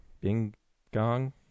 Bing-Gong